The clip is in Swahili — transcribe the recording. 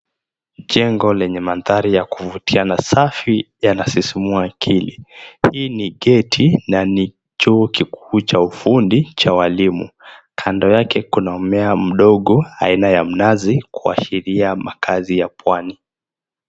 Jengo lenye maandhari ya kuvutia na safi yanasisimua akili. Hii ni geti ya chuo likuu cha ufundi cha walimu. Kando yake kuna mmea mdogo aina ya mnazi kuashiria makaazi ya pwani.